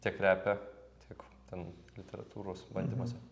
tiek repe tiek ten literatūros bandymuose